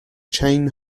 chain